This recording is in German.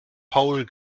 paul